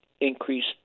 increased